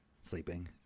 sleeping